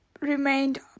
remained